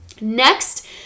Next